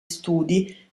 studi